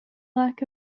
lack